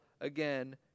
again